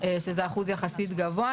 שזה אחוז יחסית גבוה.